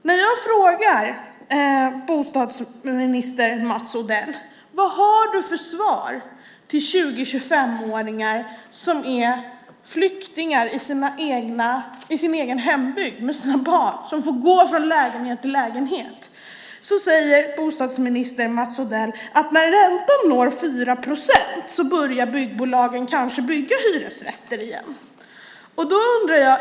När jag frågar bostadsminister Mats Odell vad han har för svar till 20-25-åringar som är flyktingar i sina egna hembygder, som får gå från lägenhet till lägenhet, säger han att när räntan når 4 procent börjar byggbolagen kanske att bygga hyresrätter igen.